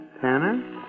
Tanner